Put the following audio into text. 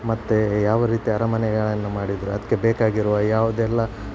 ಮತ್ತೇ ಯಾವ ರೀತಿ ಅರಮನೆಗಳನ್ನು ಮಾಡಿದರು ಅದಕ್ಕೆ ಬೇಕಾಗಿರುವ ಯಾವುದೆಲ್ಲ